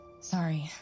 Sorry